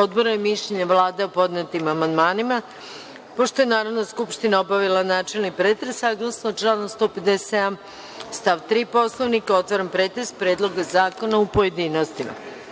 odbora i mišljenja Vlade o podnetim amandmanima. Pošto je Narodna skupština obavila načelni pretres, saglasno članu 157. stav 3. Poslovnika, otvaram pretres Predloga zakona u pojedinostima. Na